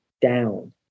down